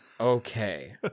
Okay